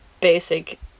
basic